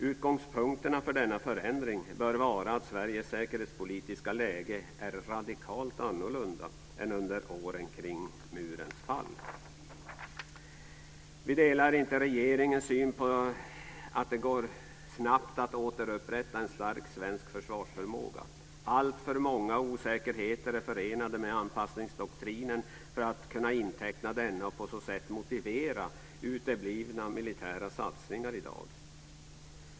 Utgångspunkterna för denna förändring bör vara att Sveriges säkerhetspolitiska läge är radikalt annorlunda än under åren kring murens fall. Vi delar inte regeringens syn på att det går snabbt att återupprätta en stark svensk försvarsförmåga. Alltför många osäkerheter är förenade med anpassningsdoktrinen för att man ska kunna inteckna denna och på så sätt motivera uteblivna militära satsningar i dag.